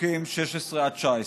פסוקים 16 19: